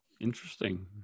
Interesting